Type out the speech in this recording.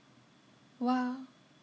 !wah!